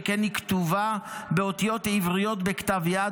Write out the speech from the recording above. שכן היא כתובה באותיות עבריות בכתב יד,